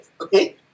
okay